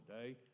today